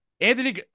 Anthony